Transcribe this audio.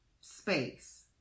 space